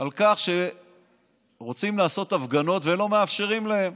על כך שרוצים לעשות הפגנות ולא מאפשרים להם,